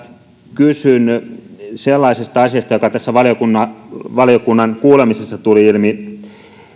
kysyn sellaisesta asiasta joka tässä valiokunnan valiokunnan kuulemisessa tuli ilmi